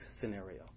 scenario